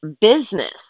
business